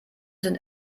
sind